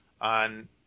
on